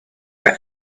for